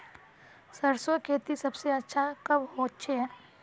सरसों खेती सबसे अच्छा कब होचे?